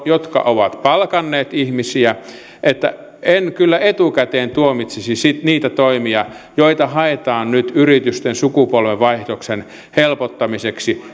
jotka ovat palkanneet ihmisiä en kyllä etukäteen tuomitsisi niitä toimia joita haetaan nyt yritysten sukupolvenvaihdoksen helpottamiseksi